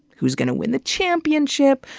who's gonna win the championship,